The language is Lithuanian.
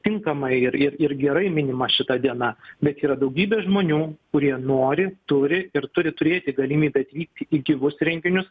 tinkamai ir ir gerai minima šita diena bet yra daugybė žmonių kurie nori turi ir turi turėti galimybę atvykti į gyvus renginius